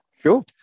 Sure